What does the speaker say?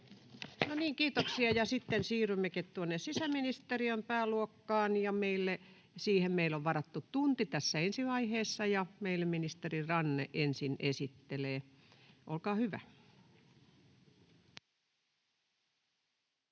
No niin, kiitoksia. — Ja sitten siirrymmekin tuonne sisäministeriön pääluokkaan, ja siihen meillä on varattu tunti tässä ensi vaiheessa, ja meille ministeri Ranne ensin esittelee. — Olkaa hyvä.